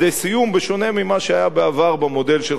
בשונה ממה שהיה בעבר במודל של חוק טל,